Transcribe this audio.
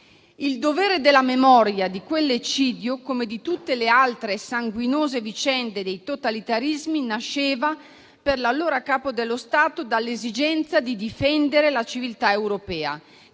Il dovere della memoria di quell'eccidio, come di tutte le altre sanguinose vicende dei totalitarismi, nasceva, per l'allora Capo dello Stato, dall'esigenza di difendere la civiltà europea,